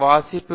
பேராசிரியர் பி